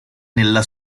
nella